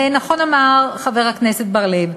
נכון אמר חבר הכנסת בר-לב,